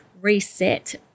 reset